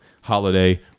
Holiday